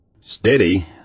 Steady